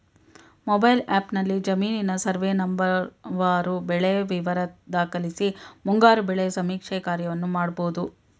mobile ಆ್ಯಪ್ನಲ್ಲಿ ಜಮೀನಿನ survey ನಂಬರ್ವಾರು ಬೆಳೆ ವಿವರ ದಾಖಲಿಸಿ ಮುಂಗಾರು ಬೆಳೆ ಸಮೀಕ್ಷೆ ಕಾರ್ಯವನ್ನು ಮಾಡ್ಬೋದು